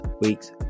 week's